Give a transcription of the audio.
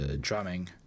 drumming